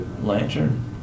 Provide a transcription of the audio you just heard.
lantern